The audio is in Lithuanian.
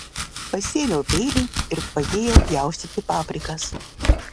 pasiėmiau peilį ir padėjau pjaustyti paprikas